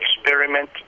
experiment